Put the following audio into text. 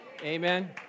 Amen